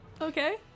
okay